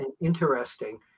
interesting